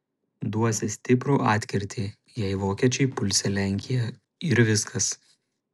duosią stiprų atkirtį jei vokiečiai pulsią lenkiją ir viskas